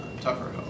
tougher